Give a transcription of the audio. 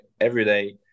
everyday